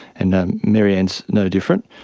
and maryanne is no different.